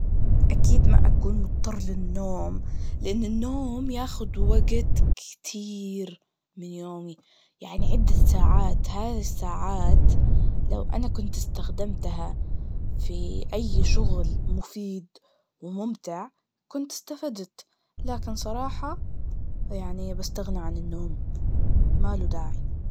أكيد ما أكون مضطر للنوم, لأن النوم يااخد وقت كتييير من يومي, يعني عدة ساعات, هذي الساعات لو أنا كنت استخدمتها في أي شغل مفيد وممتع, كنت استفدت, لكن صراحة, يعني بستغنى عن النوم, ماله داعي.